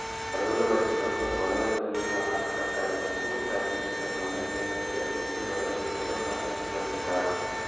వరదలు వచ్చినప్పుడు వరద నీళ్ళను ఆనకట్టలనకు తరలించడం వల్ల నీళ్ళను సేకరించి వరద నీళ్ళతో పంటలను పండిత్తారు